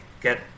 get